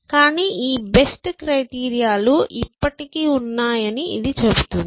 కానీ ఈ best criteria లు ఇప్పటికీ ఉన్నాయని ఇది చెబుతుంది